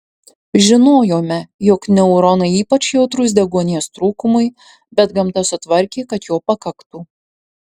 žinojome jog neuronai ypač jautrūs deguonies trūkumui bet gamta sutvarkė kad jo pakaktų